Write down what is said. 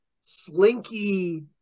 slinky